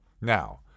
Now